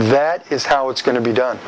that is how it's going to be done